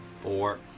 Four